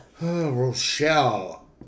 Rochelle